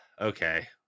okay